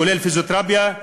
כולל פיזיותרפיה,